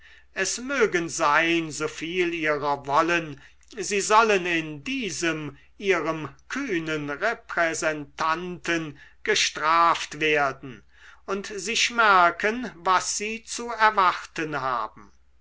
es mögen sein so viel ihrer wollen sie sollen in diesem ihrem kühnen repräsentanten gestraft werden und sich merken was sie zu erwarten haben